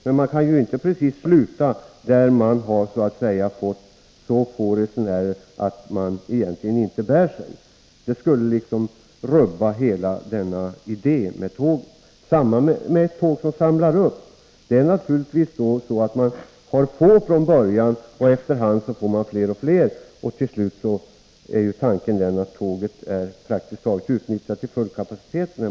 Men man kan inte sluta framföra tåget på det ställe där man har så få resenärer att det inte bär sig. Det skulle rubba hela idén med tåget. Man har naturligtvis få resenärer från början, efter hand får man fler och fler och till slut är tåget utnyttjat till full kapacitet.